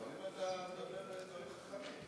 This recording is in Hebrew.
יאיר, לפעמים אתה מדבר דברים חכמים.